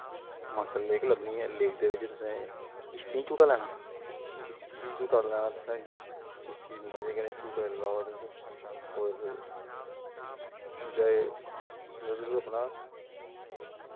Mansar lake लब्भना ऐ lake दे बिच्च तुसें किश्तियें च झूटा लैना ऐ जिसलै किश्ती च झूटा लैना तुसें किश्ती च मज़े कन्नै झूटे लैओ तुस होर इंजाय मतलब कि तुस अपना